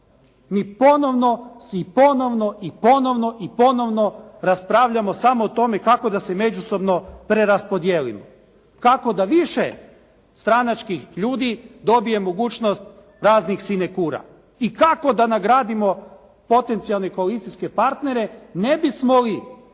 mi ponovno si i ponovno i ponovno i ponovno raspravljamo samo o tome kako da se međusobno preraspodijelimo, kako da više stranačkih ljudi dobije mogućnost raznih sinekura i kako da nagradimo potencijalne koalicijske partnere ne bismo li